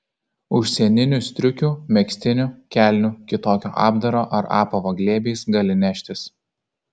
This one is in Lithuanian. užsieninių striukių megztinių kelnių kitokio apdaro ar apavo glėbiais gali neštis